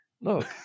Look